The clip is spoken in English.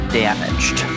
damaged